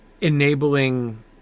enabling